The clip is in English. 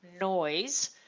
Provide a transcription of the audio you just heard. noise